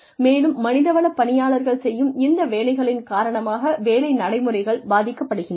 மேலும் மனிதவள பணியாளர்கள் செய்யும் இந்த வேலைகளின் காரணமாக வேலை நடைமுறைகள் பாதிக்கப்படுகின்றன